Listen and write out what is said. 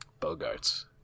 Bogarts